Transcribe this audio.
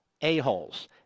a-holes